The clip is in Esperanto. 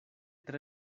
tre